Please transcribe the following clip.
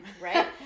right